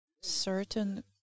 certain